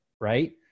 right